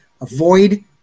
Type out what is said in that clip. avoid